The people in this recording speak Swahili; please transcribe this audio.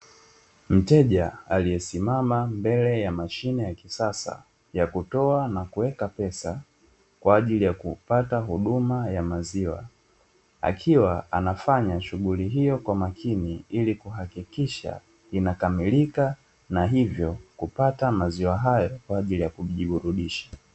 Mteja aliyesimama mbele ya mashine ya kisasa ya kutoa na kuweka pesa kwa ajili ya kupata huduma ya maziwa, akiwa anafanya shughuli hiyo kwa umakini ili kuhakikisha inakamilika na hivyo kupata maziwa hayo kwa ajili ya kujiburudisha.